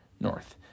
North